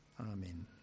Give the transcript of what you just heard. Amen